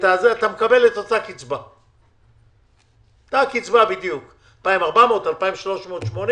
אתה מקבל את אותה קצבה בדיוק, 2,400 או 2,380,